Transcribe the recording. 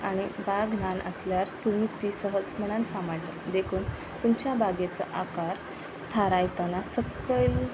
आनी बाग ल्हान आसल्यार तुमी ती सहजपणान सांबाळटलें देखून तुमच्या बागेचो आकार थारायताना सकयल